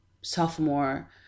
sophomore